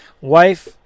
Wife